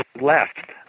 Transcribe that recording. left